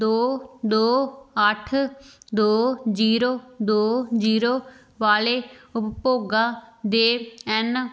ਦੋ ਦੋ ਅੱਠ ਦੋ ਜੀਰੋ ਦੋ ਜੀਰੋ ਵਾਲੇ ਉਪਭੋਗਤਾ ਦੇ ਐਨ